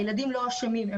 הילדים לא אשמים,